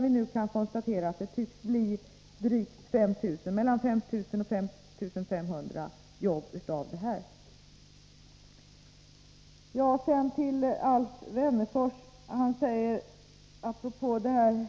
Vi kan nu konstatera att det tycks bli mellan 5 000 och 5 500 jobb av denna satsning. Alf Wennerfors säger apropå det